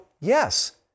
yes